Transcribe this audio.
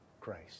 Christ